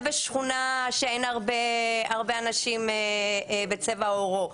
בשכונה שאין בה הרבה אנשים בצבע עורו,